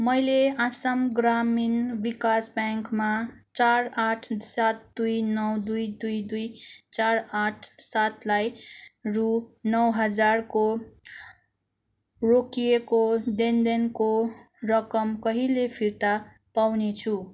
मैले आसाम ग्रामीण विकास ब्याङ्कमा चार आठ सात दुई नौ दुई दुई दुई चार आठ सातलाई रु नौ हजारको रोकिएको लेनदेनको रकम कहिले फिर्ता पाउनेछु